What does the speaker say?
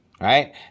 right